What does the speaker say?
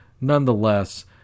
nonetheless